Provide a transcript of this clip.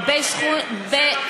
זה מה שאמרת.